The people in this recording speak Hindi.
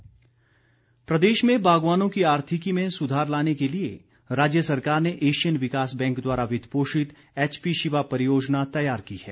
बागवानी प्रदेश में बागवानों की आर्थिकी में सुधार लाने के लिए राज्य सरकार ने एशियन विकास बैंक द्वारा वित्त पोषित एचपी शिवा परियोजना तैयार की है